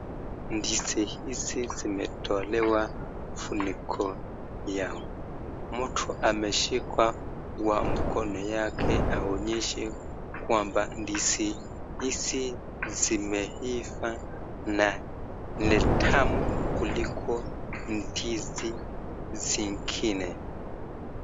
Ndizi hizi zimetolewa funiko yao , mtu ameshika kwa mkono yake aonyeshe kwamba ndizi hizi zimeiva na ni tamu kuliko ndizi zingine.